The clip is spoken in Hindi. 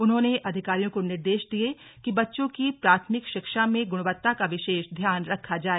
उन्होंने अधिकारियों को निर्देश दिये कि बच्चों की प्राथमिक शिक्षा में गुणवत्ता का विशेष ध्यान रखा जाए